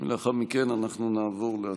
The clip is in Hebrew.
לאחר מכן אנחנו נעבור להצבעה.